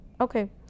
Okay